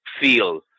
feel